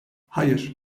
hayır